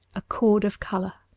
a chord of colour